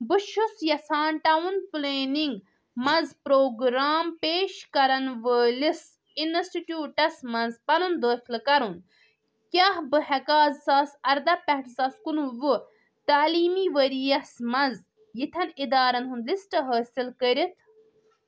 بہٕ چھُس یژھان ٹاوُن پٕلینِنٛگ مَنٛز پروگرام پیش کرن وٲلِس انسٹِٹیوٗٹس مَنٛز پنُن داخلہٕ کرُن کیاہ بہٕ ہیٚکا زٕ ساس اَردہ پؠٹھ زٕ ساس کُنوُہ تعلیٖمی ؤرۍ یَس مَنٛز یِتھٮ۪ن اِدارن ہُنٛد لسٹ حٲصِل کٔرِتھ